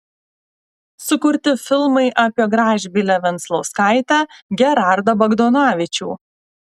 sukurti filmai apie gražbylę venclauskaitę gerardą bagdonavičių